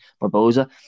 Barbosa